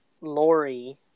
Lori